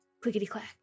clickety-clack